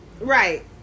Right